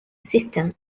system